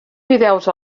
fideus